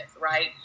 right